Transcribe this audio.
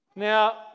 Now